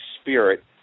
spirit